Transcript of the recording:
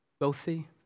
wealthy